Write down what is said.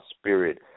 spirit